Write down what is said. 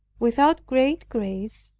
without great grace,